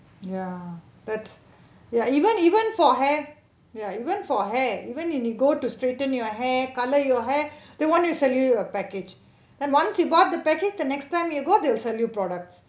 ya that's ya even even for hair ya even for hair even when you go to straighten your hair colour your hair they want to sell you a package and once you bought the package the next time you go they'll sell you products